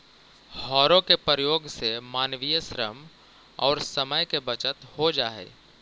हौरो के प्रयोग से मानवीय श्रम औउर समय के बचत हो जा हई